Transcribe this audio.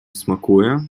смакує